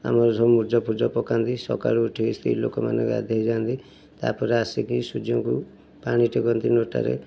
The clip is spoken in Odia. ଆମର ସବୁ ମୁରୁଜଫୁରୁଜ ପକାନ୍ତି ସକାଳୁ ଉଠିକି ସ୍ତ୍ରୀଲୋକମାନେ ଗାଧୋଇଯାଆନ୍ତି ତାପରେ ଆସିକି ସୂର୍ଯ୍ୟଙ୍କୁ ପାଣି ଟେକନ୍ତି ଲୋଟାରେ